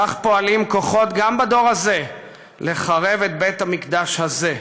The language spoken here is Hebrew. כך פועלים כוחות גם בדור הזה לחרב את בית-המקדש הזה.